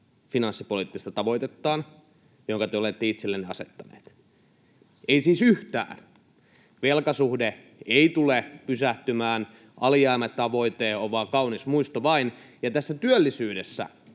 finanssipoliittista tavoitetta, jonka te olette itsellenne asettaneet, ei siis yhtään. Velkasuhde ei tule pysähtymään, alijäämätavoite on vain kaunis muisto vain, ja tässä työllisyydessä